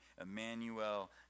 Emmanuel